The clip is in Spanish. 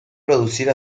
producir